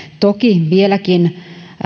toki vieläkin